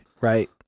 right